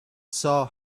saw